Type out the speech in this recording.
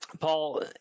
Paul